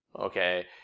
Okay